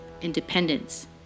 independence